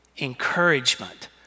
encouragement